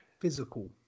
physical